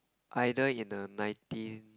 either in a nineteen